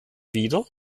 wieder